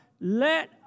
let